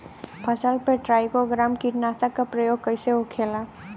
फसल पे trichogramma कीटनाशक के प्रयोग कइसे होखेला?